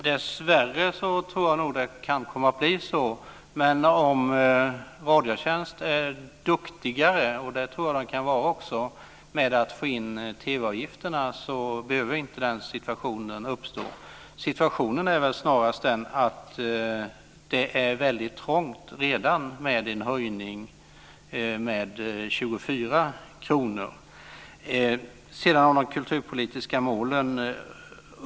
Fru talman! Dessvärre kan det nog komma att bli så. Om Radiotjänst är duktigare på att få in TV avgifterna - och det tror jag att Radiotjänst kan vara - behöver den situationen inte uppstå. Det är snarast så att det är trångt redan med en höjning med 24 kr. Lennart Kollmats tar upp de kulturpolitiska målen.